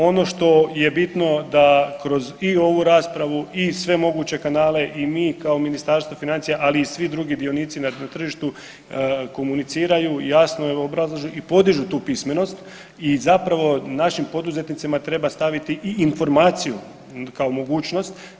Ono što je bitno da kroz i ovu raspravu i sve moguće kanale i mi kao Ministarstvo financija, ali i svi drugi dionici na tržištu komuniciraju jasno i podižu tu pismenost i zapravo našim poduzetnicima treba staviti i informaciju kao mogućnost.